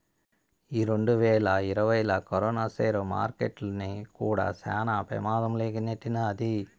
ఈ రెండువేల ఇరవైలా కరోనా సేర్ మార్కెట్టుల్ని కూడా శాన పెమాధం లోకి నెట్టినాది